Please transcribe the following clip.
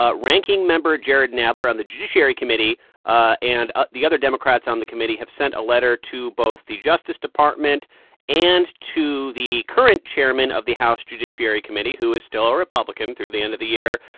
ah ranking member jerrold nadler on the judiciary committee ah and ah the other democrats on the committee have sent a letter to both the justice department and to the current chairman of the house judiciary committee, who is still a republican through the end of the year,